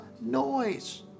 noise